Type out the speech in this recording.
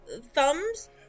thumbs